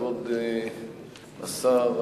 כבוד השר,